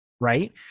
right